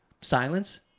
Silence